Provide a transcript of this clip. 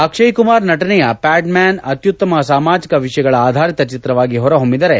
ಅಕ್ಷಯ್ ಕುಮಾರ್ ನಟನೆಯ ಪ್ವಾಡ್ಮ್ದಾನ್ ಅತ್ತುತ್ತಮ ಸಾಮಾಜಿಕ ವಿಷಯಗಳ ಆಧಾರಿತ ಚಿತ್ರವಾಗಿ ಹೊರಹೊಮ್ಮಿದರೆ